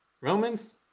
Romans